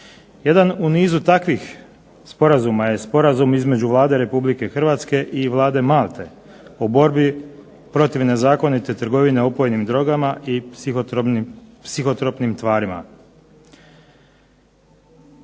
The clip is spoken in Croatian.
zakona o potvrđivanju Sporazuma između Vlade Republike Hrvatske i Vlade Malte o borbi protiv nezakonite trgovine opojnim drogama i psihotropnim tvarima,